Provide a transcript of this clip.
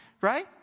Right